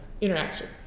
interaction